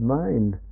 mind